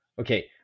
Okay